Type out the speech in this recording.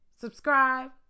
Subscribe